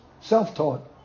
Self-taught